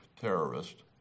terrorist